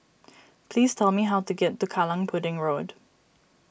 please tell me how to get to Kallang Pudding Road